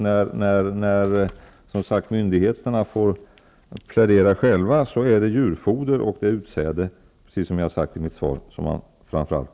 När mydigheterna får plä dera själva är det djurfoder och utsäde, precis som jag sade i mitt svar, som de önskar framför allt.